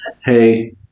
Hey